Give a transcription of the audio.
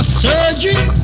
surgery